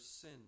sin